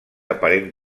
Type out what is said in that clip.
aparent